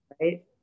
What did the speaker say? right